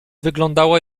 wyglądała